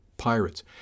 Pirates